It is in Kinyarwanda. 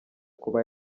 kuba